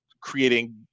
creating